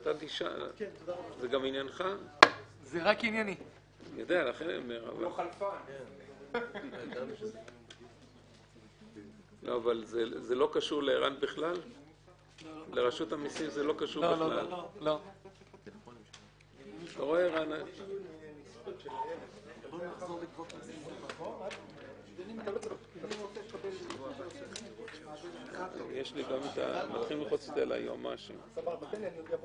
הישיבה ננעלה בשעה 13:26.